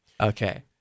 Okay